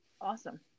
Awesome